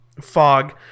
fog